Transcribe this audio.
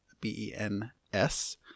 B-E-N-S